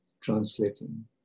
translating